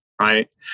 Right